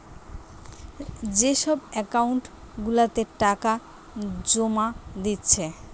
যে সব একাউন্ট গুলাতে টাকা জোমা দিচ্ছে